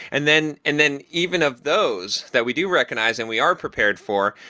and then and then even of those that we do recognize and we are prepared for,